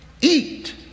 eat